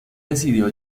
decidió